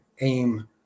aim